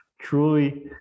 truly